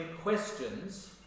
questions